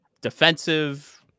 defensive